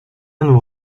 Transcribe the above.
nous